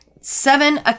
seven